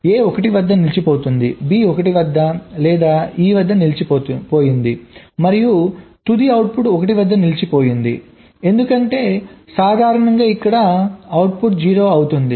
A 1 వద్ద నిలిచిపోయింది B 1 లేదా E వద్ద నిలిచిపోయింది మరియు తుది అవుట్పుట్ 1 వద్ద నిలిచిపోయింది ఎందుకంటే సాధారణంగా ఇక్కడ అవుట్పుట్ 0 అవుతుంది